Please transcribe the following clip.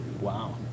Wow